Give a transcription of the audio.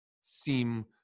seem